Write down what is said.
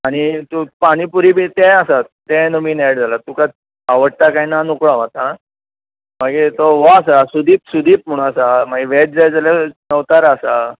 आनी तूं पानीपुरी बी तेंय आसात तेंय नवीन एड जाल्यात तुका आवडटा काय ना नोकळो हांव आता मागीर आता सुदीप सुदीप वेज जाय जाल्यार नवतारा आसा